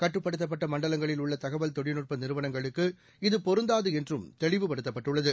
கடடுப்படுத்தப்பட்ட மண்டலங்களில் உள்ள தகவல் தொழில்நுட்ப நிறுவனங்களுக்கு இது பொருந்தாது என்றும் தெளிவுபடுத்தப்பட்டுள்ளது